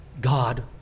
God